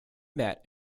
met